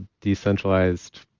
decentralized